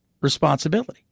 responsibility